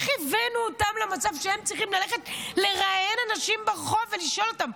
איך הבאנו אותם למצב שהם צריכים ללכת לראיין אנשים ברחוב ולשאול אותם?